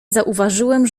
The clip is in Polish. zauważyłem